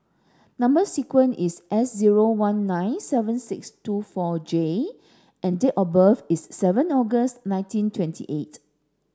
number sequence is S zero one nine seven six two four J and date of birth is seven August nineteen twenty eight